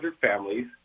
families